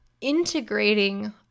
integrating